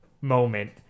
moment